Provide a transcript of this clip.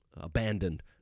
abandoned